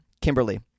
Kimberly